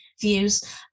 views